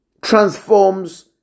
transforms